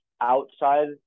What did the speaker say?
outside